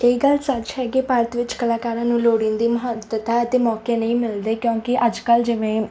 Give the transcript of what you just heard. ਇਹ ਗੱਲ ਸੱਚ ਹੈ ਕਿ ਭਾਰਤ ਵਿੱਚ ਕਲਾਕਾਰਾਂ ਨੂੰ ਲੋੜੀਂਦੀ ਮਹੱਤਤਾ ਅਤੇ ਮੌਕੇ ਨਹੀਂ ਮਿਲਦੇ ਕਿਉਂਕਿ ਅੱਜ ਕੱਲ੍ਹ ਜਿਵੇਂ